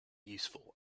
useful